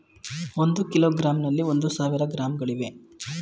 ಒಂದು ಕಿಲೋಗ್ರಾಂನಲ್ಲಿ ಒಂದು ಸಾವಿರ ಗ್ರಾಂಗಳಿವೆ